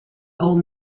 old